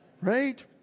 Right